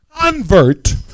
convert